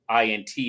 INT